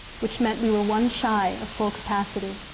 which meant we were one shy of full capacity.